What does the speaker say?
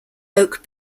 oak